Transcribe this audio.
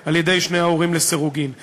משיב על שתי ההצעות בשם הממשלה השר אקוניס, בבקשה.